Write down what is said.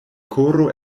koro